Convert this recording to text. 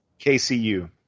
KCU